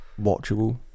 watchable